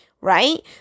right